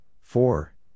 four